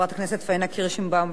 חברת הכנסת פאינה קירשנבאום,